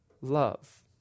love